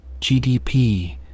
GDP